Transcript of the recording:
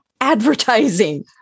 advertising